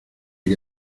que